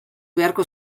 beharko